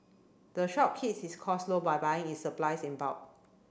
the shop keeps its costs low by buying its supply in bulk